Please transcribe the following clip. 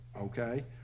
okay